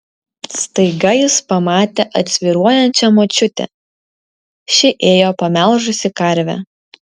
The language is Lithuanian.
staiga jis pamatė atsvyruojančią močiutę ši ėjo pamelžusi karvę